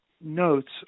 notes